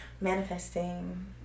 manifesting